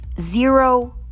zero